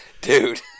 dude